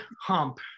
Hump